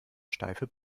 steife